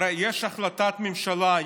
הרי יש החלטת ממשלה.